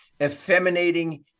effeminating